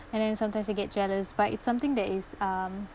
and then sometimes you get jealous but it's something that is um